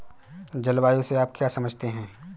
जलवायु से आप क्या समझते हैं?